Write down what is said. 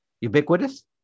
ubiquitous